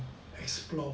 explore